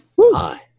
hi